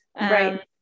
Right